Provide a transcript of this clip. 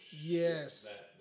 Yes